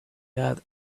had